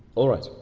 alright.